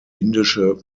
indische